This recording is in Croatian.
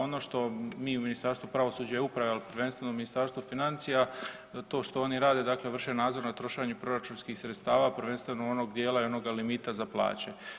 Ono što mi u Ministarstvu pravosuđa i uprave, al prvenstveno u Ministarstvu financija, to što oni rade, dakle vrše nadzor nad trošenju proračunskih sredstava, prvenstveno onog dijela i onoga limita za plaće.